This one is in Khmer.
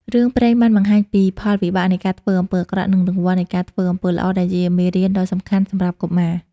រឿងព្រេងបានបង្ហាញពីផលវិបាកនៃការធ្វើអំពើអាក្រក់ និងរង្វាន់នៃការធ្វើអំពើល្អ ដែលជាមេរៀនដ៏សំខាន់សម្រាប់កុមារ។